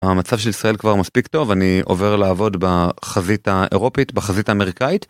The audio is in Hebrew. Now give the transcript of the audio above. המצב של ישראל כבר מספיק טוב אני עובר לעבוד בחזית האירופית בחזית האמריקאית.